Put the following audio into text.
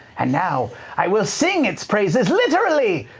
and now i will sing its praises, literally,